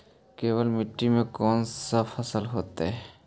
केवल मिट्टी में कौन से फसल होतै?